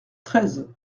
treize